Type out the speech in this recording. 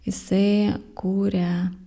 jisai kūrė